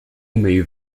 made